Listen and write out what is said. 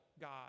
God